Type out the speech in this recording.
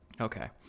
Okay